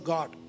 God